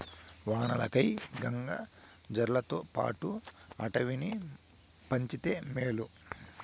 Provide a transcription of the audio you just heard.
వానలకై గంగ జాతర్లతోపాటు అడవిని పంచితే మేలు